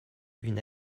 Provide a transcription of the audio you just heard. une